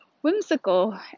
whimsical